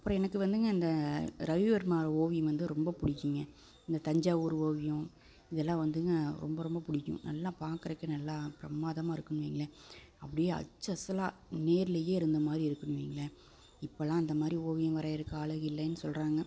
அப்புறம் எனக்கு வந்துங்க இந்த ரவிவர்மா ஓவியம் வந்து ரொம்ப பிடிக்குங்க இந்த தஞ்சாவூர் ஓவியம் இதெல்லாம் வந்துங்க ரொம்ப ரொம்ப பிடிக்கும் நல்லா பார்க்கறக்கு நல்லா பிரமாதமாக இருக்கும்னு வையுங்களேன் அப்படியே அச்சு அசலாக நேரிலையே இருந்தமாதிரி இருக்குன்னு வையுங்களேன் இப்போதெலாம் அந்தமாதிரி ஓவியம் வரையரக்கு ஆளுகள் இல்லேன்னு சொல்லுறாங்க